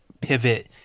pivot